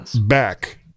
back